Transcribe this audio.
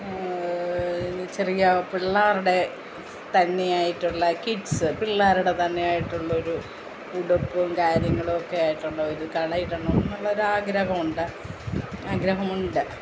ചെറിയ പിള്ളേരുടെ തന്നെയായിട്ടുള്ള കിഡ്സ് പിള്ളേരുടെ തന്നെയായിട്ടുളള ഒരു ഉടുപ്പും കാര്യങ്ങളുമൊക്കെ ആയിട്ടുള്ളൊരു കട ഇടണം എന്നുള്ളൊരു ആഗ്രഹമുണ്ട് ആഗ്രഹമുണ്ട്